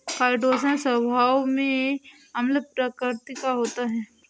chitosan स्वभाव में अम्ल प्रकृति का होता है